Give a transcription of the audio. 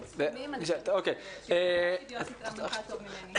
את הסכומים אני חושבת --- המנכ"ל טוב ממני.